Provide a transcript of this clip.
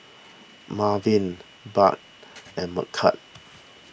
Merwin Budd and Micah